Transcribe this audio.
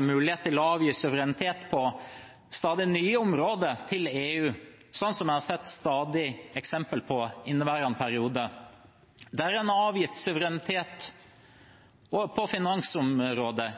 mulighet til å avgi suverenitet til EU på stadig nye områder, som en har sett stadige eksempler på i inneværende periode, der en har avgitt suverenitet på finansområdet